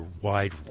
wide